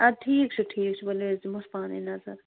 اَدٕ ٹھیٖک چھُ ٹھیٖک چھُ ؤلِو أسۍ دِمہوس پانَے نظر